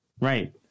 Right